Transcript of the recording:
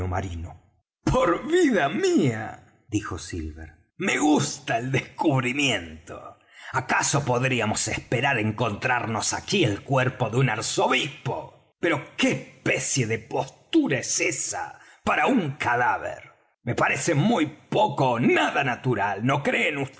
marino por vida mía dijo silver me gusta el descubrimiento acaso podríamos esperar encontrarnos aquí el cuerpo de un arzobispo pero qué especie de postura es esa para un cadáver me parece muy poco ó nada natural no creen